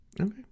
okay